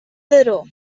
daró